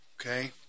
Okay